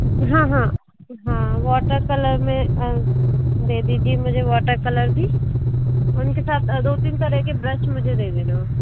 हाँ हाँ हाँ वाटर कलर मैं दे दीजिए मुझे वाटर कलर भी उनके साथ दो तीन कलर के ब्रश मुझे दे देना